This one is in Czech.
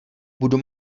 budu